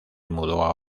mudó